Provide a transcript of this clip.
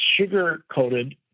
sugar-coated